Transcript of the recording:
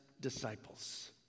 disciples